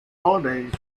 holidays